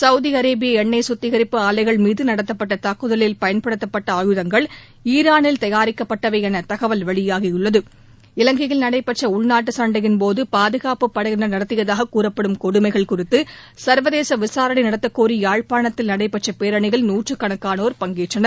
சவுதிஅரேபியஎண்ணெய் குத்திகரிப்பு ஆலைகள் மீதுநடத்தப்பட்டதாக்குதலில் பயன்படுத்தப்பட்ட ஆயுதங்கள் ஈரானில் தயாரிக்கப்பட்டவைஎனதகவல் வெளியாகியுள்ளது இலங்கையில் நடைபெற்றஉள்நாட்டுச் சண்டையின் போதபாதுகாப்புப் படையினர் நடத்தியதாகக் கூறப்படும் கொடுமைகள் குறித்துசர்வதேசவிசாரணைநடத்தக்கோரியாழ்ப்பாணத்தில் நடைபெற்றபேரணியில் நூற்றுக்கணக்கானோர் பங்கேற்றனர்